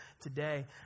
today